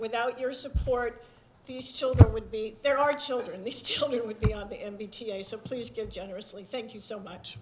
without your support these children would be there our children these children would be on the n p t s a place give generously thank you so much